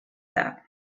that